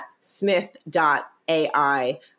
smith.ai